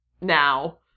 now